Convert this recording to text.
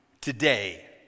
today